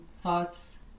thoughts